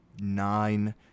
nine